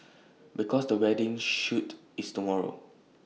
because the wedding shoot is tomorrow